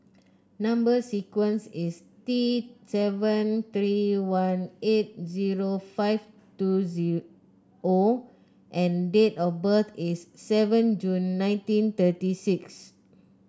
number sequence is T seven three one eight zero five two Z O and date of birth is seven June nineteen thirty six